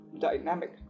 dynamic